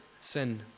Sin